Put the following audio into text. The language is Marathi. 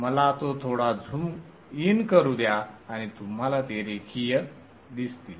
मला तो थोडा झूम इन करू द्या आणि तुम्हाला ते रेखीय दिसेल